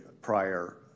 prior